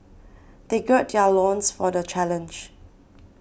they gird their loins for the challenge